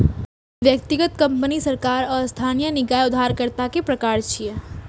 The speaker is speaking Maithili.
व्यक्तिगत, कंपनी, सरकार आ स्थानीय निकाय उधारकर्ता के प्रकार छियै